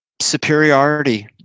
superiority